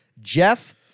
jeff